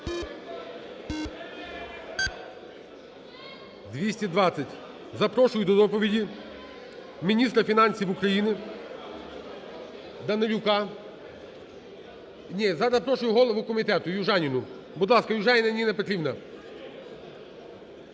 За-220 Запрошую до доповіді міністра фінансів України Данилюка… Ні, зараз запрошую голову комітету Южаніну. Будь ласка, Южаніна Ніна Петрівна.